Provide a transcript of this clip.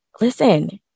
listen